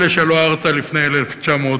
אלה שעלו ארצה לפני 1953,